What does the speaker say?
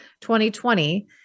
2020